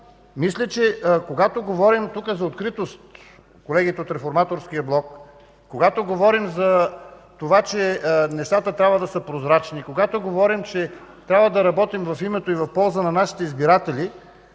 Мисля, че когато говорим тук за откритост – колегите от Реформаторския блок, когато говорим, че нещата трябва да са прозрачни, когато говорим, че трябва да работим в името и в полза на нашите избиратели,